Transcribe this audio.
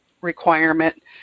requirement